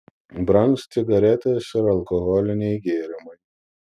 brangs cigaretės ir alkoholiniai gėrimai